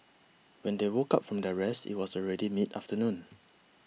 when they woke up from their rest it was already mid afternoon